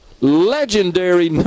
legendary